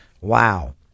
Wow